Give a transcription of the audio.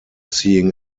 seeing